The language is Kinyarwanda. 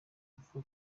kuvuga